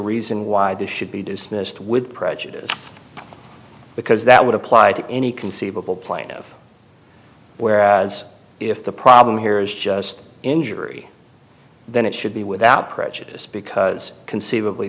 reason why this should be dismissed with prejudice because that would apply to any conceivable point of whereas if the problem here is just injury then it should be without prejudice because conceivably